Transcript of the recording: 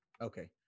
Okay